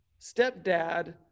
stepdad